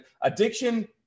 addiction